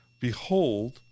Behold